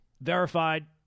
Verified